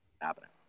Happening